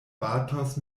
batos